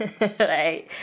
Right